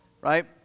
Right